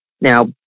Now